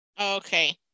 okay